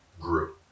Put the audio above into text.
grew